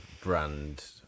brand